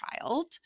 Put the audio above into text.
child